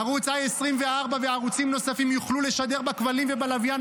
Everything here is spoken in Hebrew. ערוץ i24 וערוצים נוספים יוכלו לשדר בכבלים ובלוויין,